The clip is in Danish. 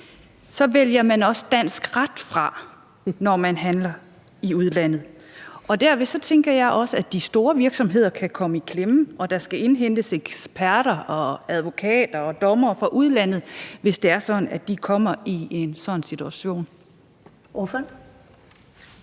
så vælger man også dansk ret fra, når man handler i udlandet? Og derved tænker jeg også at de store virksomheder kan komme i klemme, og der skal indhentes eksperter og advokater og dommere fra udlandet, hvis det er sådan, at de kommer